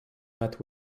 met